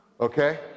okay